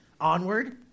onward